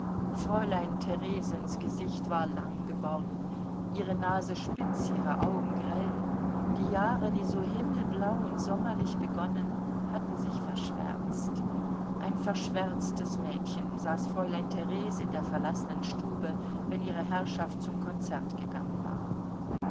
fräulein theresens gesicht war lang geworden ihre nase spitz ihre augen grell die jahre die so himmelblau und sommerlich begonnen hatten sich verschwärzt ein verschwärztes mädchen saß fräulein theres in der verlassenen stube wenn ihre herrschaft zum konzert gegangen war